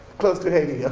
close to haiti, yeah